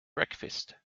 breakfast